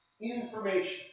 information